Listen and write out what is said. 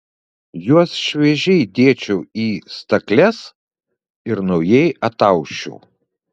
juos šviežiai dėčiau į stakles ir naujai atausčiau